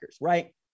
right